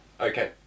Okay